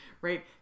right